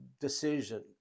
decision